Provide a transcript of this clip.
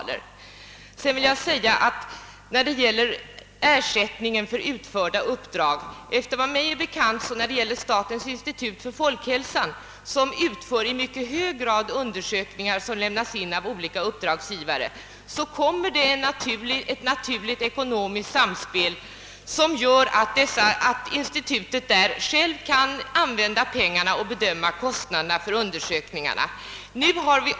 Beträffande frågan om ersättningen för utförda uppdrag har jag mig bekant att det vid statens institut för folkhälsan, som i mycket stor utsträckning utför undersökningar för olika uppdragsgivare, förekommer ett naturligt ekonomiskt samspel, som gör att institutet självt kan använda pengarna och bedöma kostnaderna för undersökningarna.